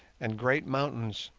and great mountains.